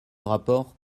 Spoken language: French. rapport